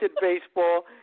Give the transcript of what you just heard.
baseball